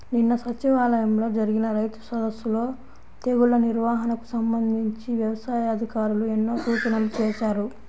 నిన్న సచివాలయంలో జరిగిన రైతు సదస్సులో తెగుల్ల నిర్వహణకు సంబంధించి యవసాయ అధికారులు ఎన్నో సూచనలు చేశారు